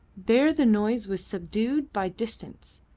there the noise was subdued by distance,